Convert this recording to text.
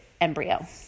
embryo